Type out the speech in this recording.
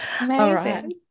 Amazing